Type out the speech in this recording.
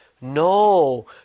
No